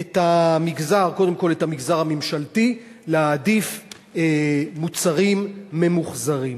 קודם כול את המגזר הממשלתי להעדיף מוצרים ממוחזרים.